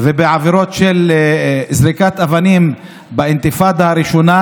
ובעבירות של זריקת אבנים באינתיפאדה הראשונה,